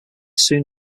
soon